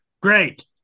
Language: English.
Great